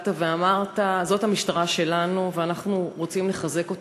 וצדקת ואמרת: זאת המשטרה שלנו ואנחנו רוצים לחזק אותה.